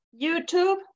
YouTube